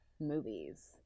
movies